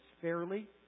fairly